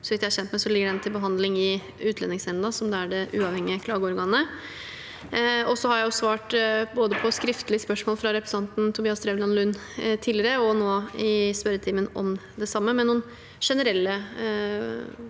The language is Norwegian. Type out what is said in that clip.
så vidt jeg er kjent med, ligger den til behandling i Utlendingsnemnda, som er det uavhengige klageorganet. Jeg har tidligere, både på skriftlig spørsmål fra representanten Tobias Drevland Lund og nå i spørretimen om det samme, svart med noen generelle